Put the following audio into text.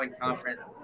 Conference